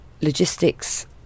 logistics